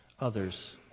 others